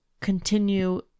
continue